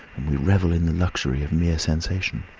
and we revel in the luxury of mere sensation.